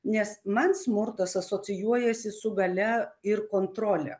nes man smurtas asocijuojasi su galia ir kontrole